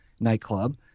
nightclub